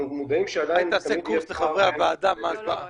תן קורס לחברי הוועדה בדברים האלה.